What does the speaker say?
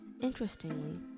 Interestingly